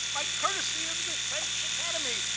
by courtesy of the french academy,